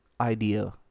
idea